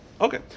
Okay